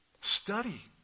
Study